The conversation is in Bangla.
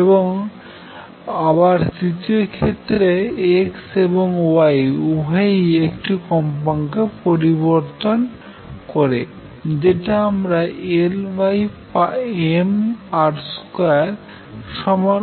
এবং আবার তৃতীয় ক্ষেত্রে x এবং y উভয়ে একটি কম্পাঙ্কে পরিবর্তন করে যেটা আমরা LmR2 সমান